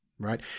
right